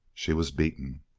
she was beaten!